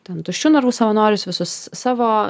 ten tuščių narvų savanorius visus savo